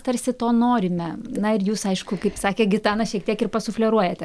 tarsi to norime na ir jūs aišku kaip sakė gitana šiek tiek ir pasufleruojate